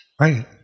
Right